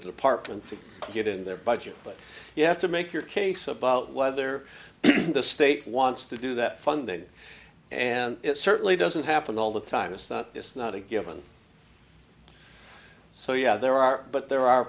the park and get in their budget but you have to make your case about whether the state wants to do that funding and it certainly doesn't happen all the time is that it's not a given so yeah there are but there are